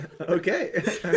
Okay